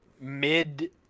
mid